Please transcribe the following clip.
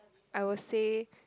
I will say